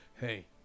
hey